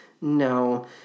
No